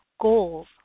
goals